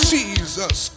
Jesus